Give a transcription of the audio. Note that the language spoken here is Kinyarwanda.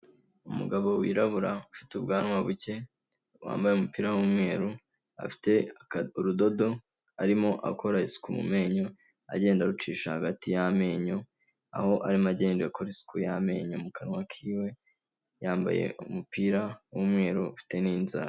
Umugabo wirabura ufite ubwanwa buke wambaye umupira w'umweru, afite urudodo arimo akora isuku mu menyo, agenda arucisha hagati y'amenyo aho arimo agenda akora isuku y'amenyo mu kanwa k'iwe, yambaye umupira w'umweru ufite n'inzara.